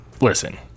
listen